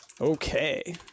okay